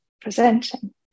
presenting